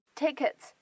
tickets